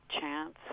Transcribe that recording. chance